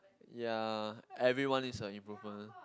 yea everyone is a improvement